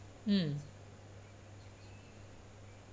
mm